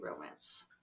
romance